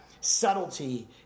subtlety